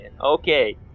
Okay